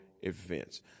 events